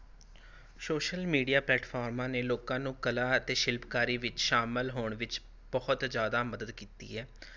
social media ਪਲੇਟਫਾਰਮਾਂ ਨੇ ਲੋਕਾਂ ਨੂੰ ਕਲਾ ਅਤੇ ਸ਼ਿਲਪਕਾਰੀ ਵਿੱਚ ਸ਼ਾਮਲ ਹੋਣ ਵਿੱਚ ਬਹੁਤ ਜ਼ਿਆਦਾ ਮਦਦ ਕੀਤੀ ਹੈ